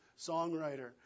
songwriter